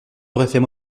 referme